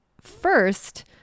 first